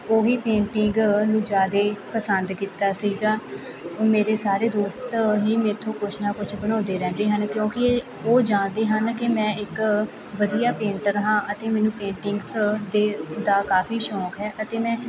ਉਹ ਹੀ ਪੇਂਟਿੰਗ ਨੂੰ ਜ਼ਿਆਦਾ ਪਸੰਦ ਕੀਤਾ ਸੀਗਾ ਉਹ ਮੇਰੇ ਸਾਰੇ ਦੋਸਤ ਹੀ ਮੇਰੇ ਤੋਂ ਕੁਛ ਨਾ ਕੁਛ ਬਣਵਾਉਂਦੇ ਰਹਿੰਦੇ ਹਨ ਕਿਉਂਕਿ ਇਹ ਉਹ ਜਾਣਦੇ ਹਨ ਕਿ ਮੈਂ ਇੱਕ ਵਧੀਆ ਪੇਂਟਰ ਹਾਂ ਅਤੇ ਮੈਨੂੰ ਪੇਂਟਿੰਗਸ ਦੇ ਦਾ ਕਾਫ਼ੀ ਸ਼ੌਂਕ ਹੈ ਅਤੇ ਮੈਂ